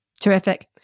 Terrific